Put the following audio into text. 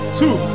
two